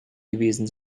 gewesen